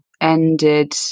ended